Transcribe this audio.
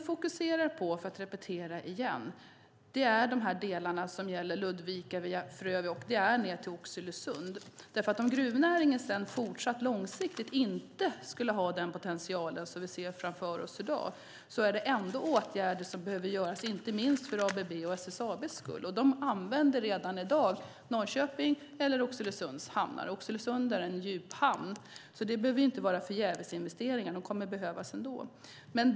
Låt mig repetera. Vi fokuserar på delarna från Ludvika via Frövi och ned till Oxelösund. Om gruvnäringen i fortsättningen inte skulle ha en potential som vi ser framför oss i dag är detta ändå åtgärder som behöver vidtas, inte minst för ABB:s och SSAB:s skull. De använder redan i dag Norrköpings eller Oxelösunds hamn, och Oxelösunds hamn är en djuphamn. Detta behöver inte vara förgävesinvesteringar, utan de kommer att behövas ändå.